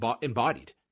embodied